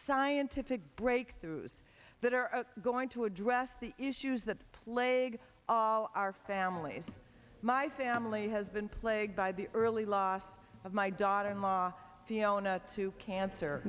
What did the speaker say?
scientific breakthroughs that are going to address the issues that plague all our families my family has been plagued by the early loss of my daughter in law fiona to cancer